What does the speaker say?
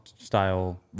style